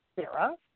Sarah